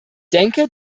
denke